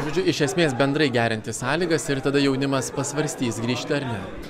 žodžiu iš esmės bendrai gerinti sąlygas ir tada jaunimas pasvarstys grįžti ar ne